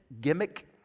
gimmick